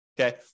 okay